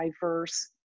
diverse